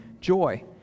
joy